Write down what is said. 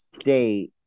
state